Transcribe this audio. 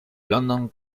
london